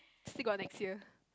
still got next year